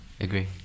Agree